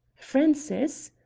frances?